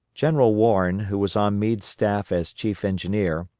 general warren, who was on meade's staff as chief engineer,